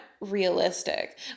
realistic